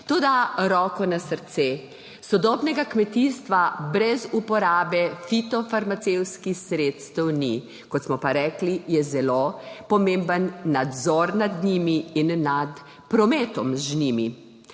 Toda roko na srce, sodobnega kmetijstva brez uporabe fitofarmacevtskih sredstev ni, kot smo pa rekli, je zelo pomemben nadzor nad njimi in nad prometom z njimi.